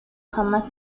jamás